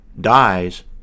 dies